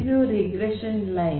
ಇದು regression line